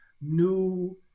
new